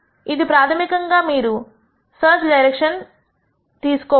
ఇది ప్రాథమికంగా మీకు సెర్చ్ డైరెక్షన్ ఇస్తుంది